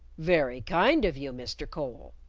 very kind of you, mr. cole!